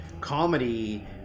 comedy